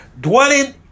dwelling